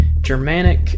Germanic